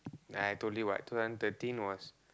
I told you what two thousand thirteen was